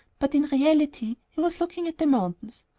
but in reality he was looking at the mountains.